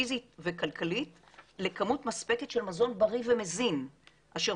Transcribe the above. פיזית וכלכלית לכמות מספקת של מזון בריא ומזין אשר